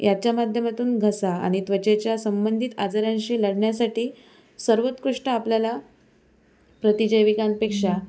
याच्या माध्यमातून घसा आणि त्वचेच्या संबंधित आजारांशी लढण्यासाठी सर्वोत्कृष्ट आपल्याला प्रतिजैविकांपेक्षा